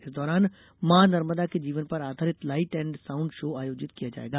इस दौरान मां नर्मदा के जीवन पर आधारित लाइट एण्ड साउण्ड शो आयोजित किया जाएगा